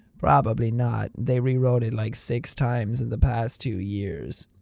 probably not. they rewrote it like six times in the past two years.